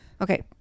Okay